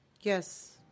Yes